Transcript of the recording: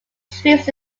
troops